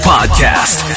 Podcast